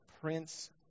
Prince